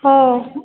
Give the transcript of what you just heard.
हो